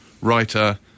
writer